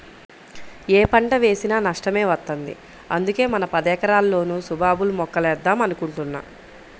యే పంట వేసినా నష్టమే వత్తంది, అందుకే మన పదెకరాల్లోనూ సుబాబుల్ మొక్కలేద్దాం అనుకుంటున్నా